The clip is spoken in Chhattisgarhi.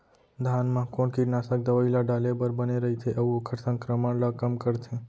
धान म कोन कीटनाशक दवई ल डाले बर बने रइथे, अऊ ओखर संक्रमण ल कम करथें?